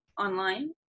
online